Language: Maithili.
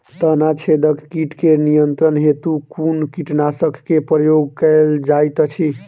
तना छेदक कीट केँ नियंत्रण हेतु कुन कीटनासक केँ प्रयोग कैल जाइत अछि?